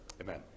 Amen